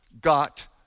got